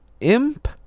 imp